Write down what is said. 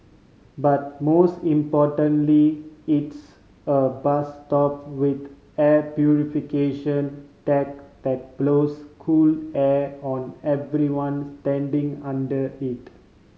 but most importantly it's a bus stop with air purification tech that blows cool air on everyone standing under it